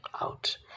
out